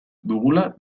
dugula